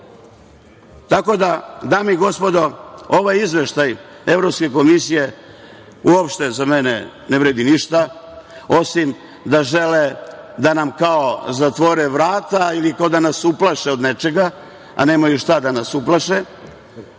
da, dame i gospodo, ovaj Izveštaj Evropske komisije uopšte za mene ne vredi ništa, osim da žele da nam kao zatvore vrata ili kao da nas uplaše od nečega, a nemaju šta da nas uplaše